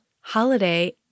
holiday